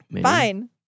Fine